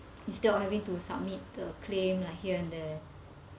instead of having to submit the claim like here and there